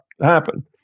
Happen